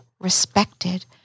respected